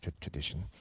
tradition